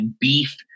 beef